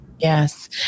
Yes